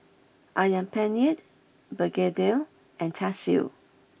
Ayam Penyet Begedil and Char Siu